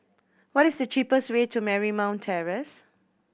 what is the cheapest way to Marymount Terrace